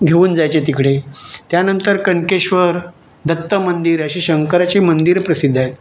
घेऊन जायचे तिकडे त्यानंतर कनकेश्वर दत्त मंदिर अशी शंकराची मंदिरं प्रसिद्ध आहेत